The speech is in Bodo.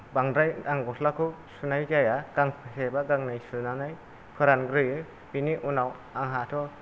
बांद्राय आं गस्लाखौ सुनाय जाया गांसेबा गांनै सुनानै फोरानग्रोयो बेनि उनाव आंहाथ'